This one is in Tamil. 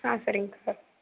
சரிங்க சார்